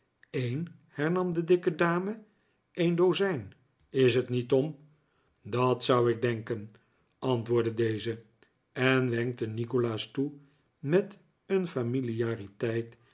een hernam de dikke dame een dozijn is t niet tom dat zou ik denken antwoordde deze en wenkte nikolaas toe met een